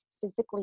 physically